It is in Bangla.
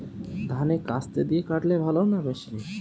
ধান কাস্তে দিয়ে কাটলে ভালো না মেশিনে?